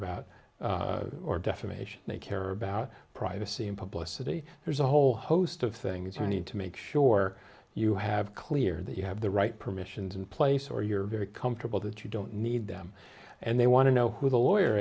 about defamation they care about privacy in public city there's a whole host of things you need to make sure you have clear that you have the right permissions in place or you're very comfortable that you don't need them and they want to know who the lawyer